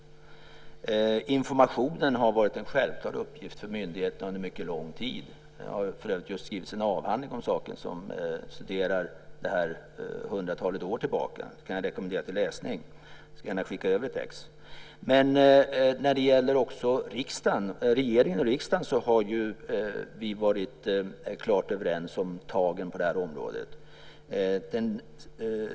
Informationen har varit en självklar uppgift för myndigheterna under en mycket lång tid. Det har för övrigt just skrivits en avhandling om saken - man har studerat det här hundratalet år tillbaka. Den kan jag rekommendera till läsning. Jag skickar gärna över ett exemplar. Också när det gäller regeringen och riksdagen har vi varit klart överens om tagen på det här området.